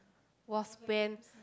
was when